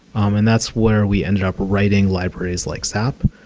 um and that's where we ended up writing libraries like zap,